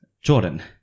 Jordan